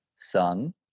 son